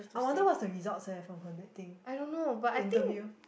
I wonder what's her results eh for her that thing the interview